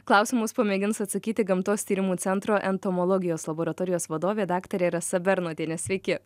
klausimus pamėgins atsakyti gamtos tyrimų centro entomologijos laboratorijos vadovė daktarė rasa bernotienė sveiki